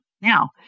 Now